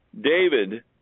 David